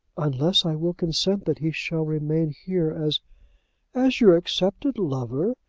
unless i will consent that he shall remain here as as your accepted lover.